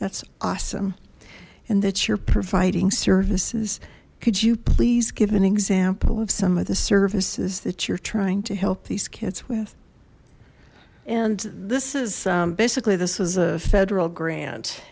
that's awesome and that you're providing services could you please give an example of some of the services that you're trying to help these kids with and this is basically this is a federal grant